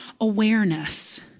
awareness